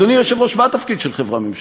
אדוני היושב-ראש, מה התפקיד של חברה ממשלתית?